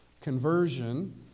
conversion